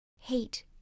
Hate